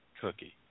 cookie